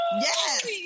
Yes